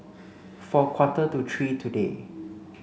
for a quarter to three today